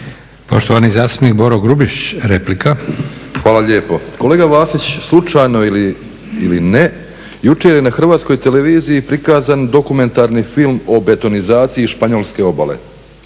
**Grubišić, Boro (HDSSB)** Hvala lijepo. Kolega Vasić, slučajno ili ne, jučer je na Hrvatskoj televiziji prikazan dokumentarni film o betonizaciji španjolske obale,